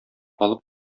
алып